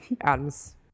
Adam's